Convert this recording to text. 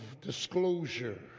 disclosure